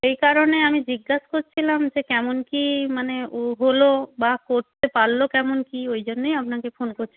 সেই কারণে আমি জিজ্ঞাসা করছিলাম যে কেমন কী মানে ও হল বা করতে পারল কেমন কী ওই জন্যই আপনাকে ফোন করছি